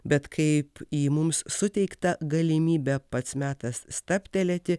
bet kaip į mums suteiktą galimybę pats metas stabtelėti